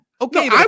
Okay